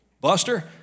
Buster